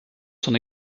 son